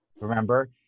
remember